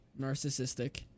narcissistic